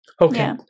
Okay